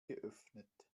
geöffnet